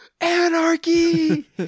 anarchy